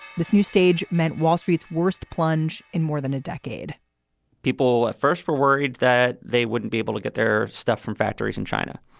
this new stage meant wall street's worst plunge in more than a decade people at first were worried that they wouldn't be able to get their stuff from factories in china.